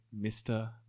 Mr